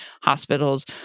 hospitals